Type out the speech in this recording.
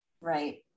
right